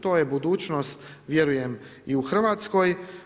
To je budućnost, vjerujem i u Hrvatskoj.